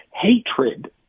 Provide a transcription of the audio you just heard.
hatred